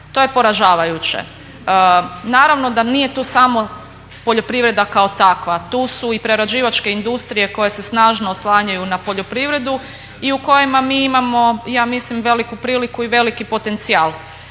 To je poražavajuće. Naravno da nije tu samo poljoprivreda kao takva, tu su i prerađivačke industrije koje se snažno oslanjaju na poljoprivredu i u kojima mi imamo ja mislim veliku priliku i veliki potencijal.